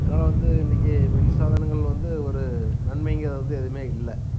இதனால் வந்து இன்றைக்கி மின்சாதனங்கள் வந்து ஒரு நன்மைங்கள் வந்து எதுவுமே இல்லை